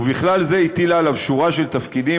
ובכלל זה הטילה עליו שורה של תפקידים,